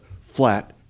flat